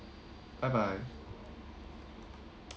bye bye